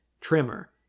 trimmer